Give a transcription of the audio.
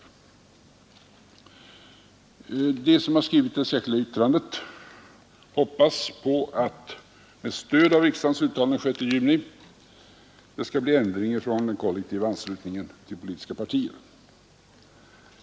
De som het för politiska partier att redovisa bidrag från juridiska personer har skrivit det särskilda yttrandet hoppas att det med stöd av riksdagens uttalande den 6 juni skall bli ändring i fråga om den kollektiva anslutningen till politiska partier.